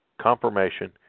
confirmation